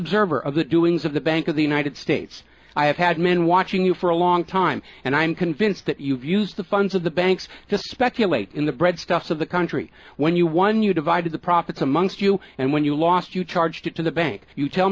observer of the doings of the bank of the united states i have had men watching you for a long time and i am convinced that you've used the funds of the banks to speculate in the bread stuffs of the country when you won you divided the profits amongst you and when you lost you charged it to the bank you tell